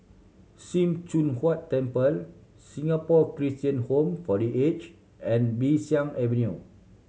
Sim Choon Huat Temple Singapore Christian Home for The Aged and Bee San Avenue